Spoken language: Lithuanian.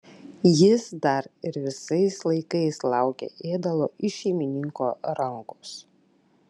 jis dar ir visais laikais laukė ėdalo iš šeimininko rankos